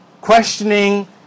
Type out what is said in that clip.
questioning